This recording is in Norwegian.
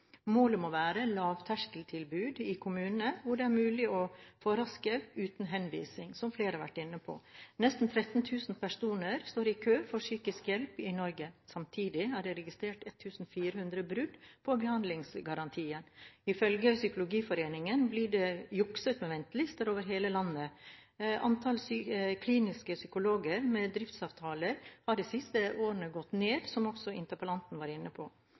Målet må være lavterskeltilbud i kommunene hvor det er mulig å få rask hjelp uten henvisning, som flere har vært inne på. Nesten 13 000 personer står i kø for psykisk hjelp i Norge. Samtidig er det registrert 1 400 brudd på behandlingsgarantier. Ifølge Psykologforeningen blir det jukset med ventelister over hele landet. Antall kliniske psykologer med driftsavtale har de siste årene gått ned, som også interpellanten var inne på.